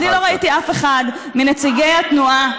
אני לא ראיתי אף אחד מנציגי התנועה,